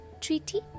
treaty